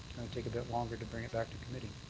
take a bit longer to bring it back to committee.